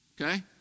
Okay